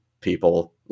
people